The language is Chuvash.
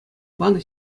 панӑ